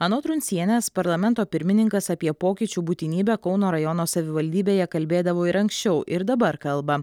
anot truncienės parlamento pirmininkas apie pokyčių būtinybę kauno rajono savivaldybėje kalbėdavo ir anksčiau ir dabar kalba